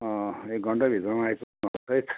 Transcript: एक घन्टाभित्रमा आइपुग्छौँ